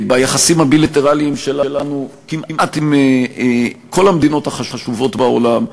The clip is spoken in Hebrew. ביחסים הבילטרליים שלנו כמעט עם כל המדינות החשובות בעולם,